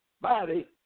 Body